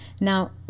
Now